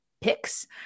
picks